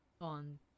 on